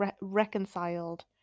reconciled